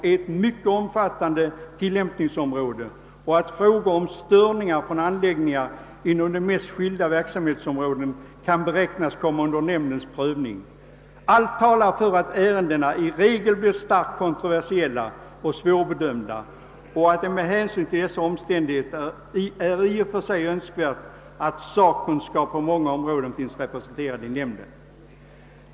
har ett mycket omfattande tillämpningsområde och att frågor om störningar från anläggningar inom de mest skilda verksamhetsområden kan =: beräknas komma under nämndens prövning. Allt talar för att ärendena i regel blir starkt kontroversiella och svårbedömda, och med hänsyn därtill är det i och för sig önskvärt att sakkunskap på många områden finns representerad i nämnden.